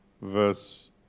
verse